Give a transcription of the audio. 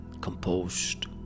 composed